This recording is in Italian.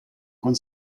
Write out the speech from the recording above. con